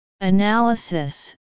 Analysis